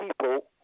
people